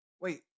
Wait